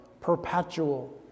perpetual